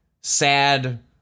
sad